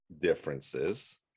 differences